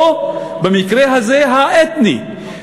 או, במקרה הזה, האתני.